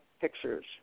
pictures